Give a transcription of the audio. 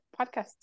podcast